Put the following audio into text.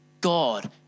God